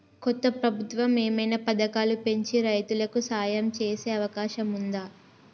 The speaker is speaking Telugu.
కొత్త ప్రభుత్వం ఏమైనా పథకాలు పెంచి రైతులకు సాయం చేసే అవకాశం ఉందా?